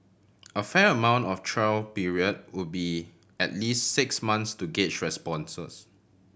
a fair amount of trial period would be at least six months to gauge responses